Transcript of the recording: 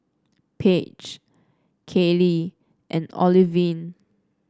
Paige Caylee and Olivine